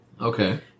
Okay